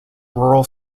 rural